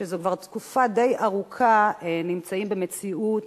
שזו כבר תקופה די ארוכה נמצאים במציאות